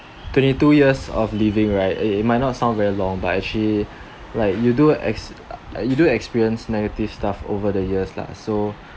twenty two years of living right it it might not sound very long but actually like you do ex~ you do experience negative stuff over the years lah so